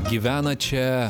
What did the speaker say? gyvena čia